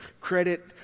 credit